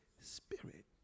spirit